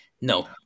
no